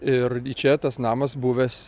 ir čia tas namas buvęs